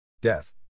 Death